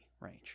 range